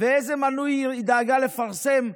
איזה מנוי היא דאגה לפרסם?